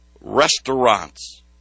restaurants